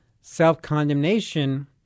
self-condemnation